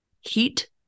heat